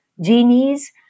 genies